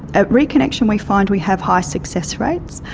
at reconnexion we find we have high success rates,